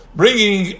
bringing